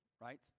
right